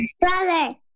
brother